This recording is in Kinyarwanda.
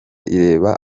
ireba